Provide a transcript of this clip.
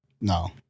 No